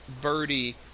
Birdie